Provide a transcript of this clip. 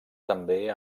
també